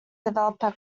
developer